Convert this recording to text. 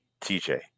TJ